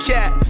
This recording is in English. Cat